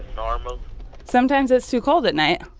normal sometimes, it's too cold at night.